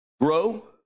grow